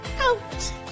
out